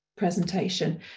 Presentation